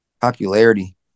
popularity